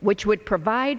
which would provide